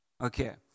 Okay